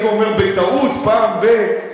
דווקא כשאני אומר בטעות פעם ב,